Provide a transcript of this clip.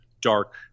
dark